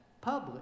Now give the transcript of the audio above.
public